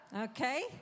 Okay